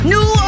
New